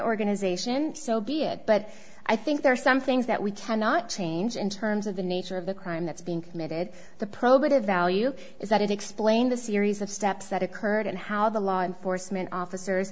organization so be it but i think there are some things that we cannot change in terms of the nature of the crime that's been committed the probative value is that it explained the series of steps that occurred and how the law enforcement offic